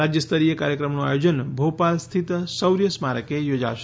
રાજ્ય સ્તરીય કાર્યક્રમોનું આયોજન ભોપાલ સ્થિત શૌર્ય સ્મારકે યોજાશે